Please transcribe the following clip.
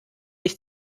ich